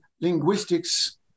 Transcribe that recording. linguistics